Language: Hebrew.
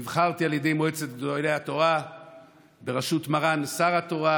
נבחרתי על ידי מועצת גדולי התורה בראשות מר"ן שר התורה,